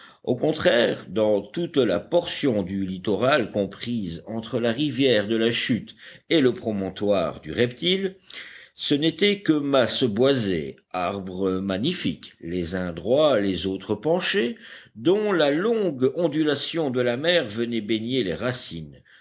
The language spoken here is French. au contraire dans toute la portion du littoral comprise entre la rivière de la chute et le promontoire du reptile ce n'était que masses boisées arbres magnifiques les uns droits les autres penchés dont la longue ondulation de la mer venait baigner les racines